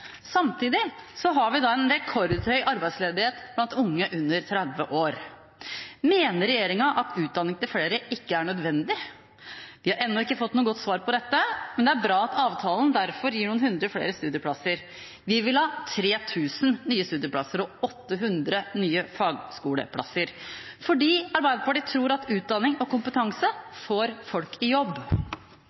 Samtidig har vi en rekordhøy arbeidsledighet blant unge under 30 år. Mener regjeringen at utdanning til flere ikke er nødvendig? Vi har ennå ikke fått noe godt svar på dette, men derfor er det bra at avtalen gir noen hundre flere studieplasser. Arbeiderpartiet vil ha 3 000 nye studieplasser og 800 nye fagskoleplasser fordi vi tror at utdanning og kompetanse får folk i jobb.